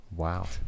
Wow